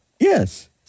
Yes